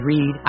Read